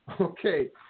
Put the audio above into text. Okay